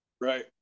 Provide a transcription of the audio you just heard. Right